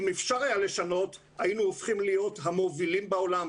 אם אפשר היה לשנות היינו הופכים להיות המובילים בעולם.